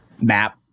map